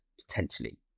potentially